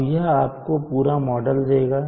अब यह आपको पूरा मॉडल देगा